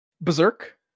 Berserk